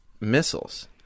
missiles